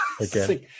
Again